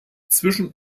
zwischen